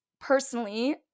personally